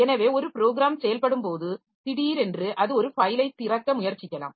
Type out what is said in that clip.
எனவே ஒரு ப்ராேகிராம் செயல்படும்போது திடீரென்று அது ஒரு ஃபைலை திறக்க முயற்சிக்கலாம்